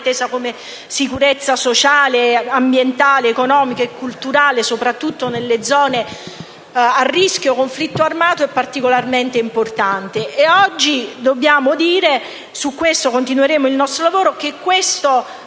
intesa come sicurezza sociale, ambientale, economica e culturale, soprattutto nelle zone a rischio di conflitto armato, sono particolarmente importanti. Oggi dobbiamo dire che su questo continueremo il nostro lavoro e che